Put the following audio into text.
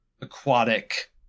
aquatic